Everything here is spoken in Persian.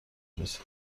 رسید